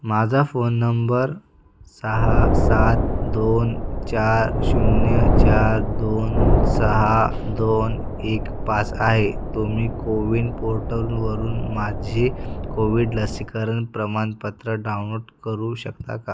माझा phone number सहा सात दोन चार शून्य चार दोन सहा दोन एक पास आहे तुम्ही कोविन पोर्टलवरून माझे कोविड लसीकरण प्रमाणपत्र डाउनलोड करू शकता का